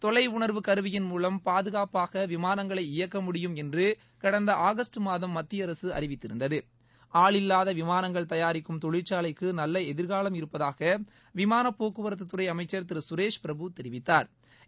தொலைஉணர்வு கருவியின் மூலம் பாதுகாப்பாகவிமானங்களை இயக்கமுடியும் என்றுகடந்த ஆகஸ்ட் மாதம் மத்தியஅரசுஅறிவித்திருந்தது ஆளில்லாதவிமானங்கள் தயாரிக்கும் தொழிற்சாலைக்குநல்லஎதிர்காலம் இருப்பதாகவிமானப்போக்குவரத்துத்துறைஅமைச்சா் திருசுரேஷ் பிரபு தெரிவித்தாா்